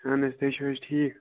اَہَن حظ تُہۍ چھِو حظ ٹھیٖک